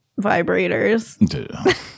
vibrators